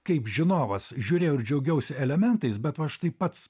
kaip žinovas žiūrėjau ir džiaugiausi elementais bet va štai pats